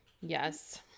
Yes